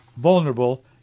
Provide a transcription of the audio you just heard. vulnerable